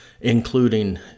including